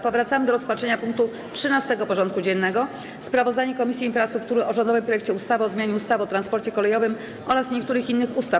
Powracamy do rozpatrzenia punktu 13. porządku dziennego: Sprawozdanie Komisji Infrastruktury o rządowym projekcie ustawy o zmianie ustawy o transporcie kolejowym oraz niektórych innych ustaw.